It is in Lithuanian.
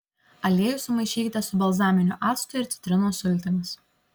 aliejų sumaišykite su balzaminiu actu ir citrinos sultimis